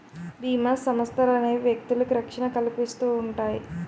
బీమా సంస్థలనేవి వ్యక్తులకు రక్షణ కల్పిస్తుంటాయి